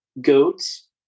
goats